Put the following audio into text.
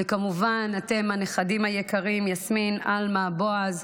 וכמובן אתם, הנכדים היקרים יסמין, עלמה ובועז,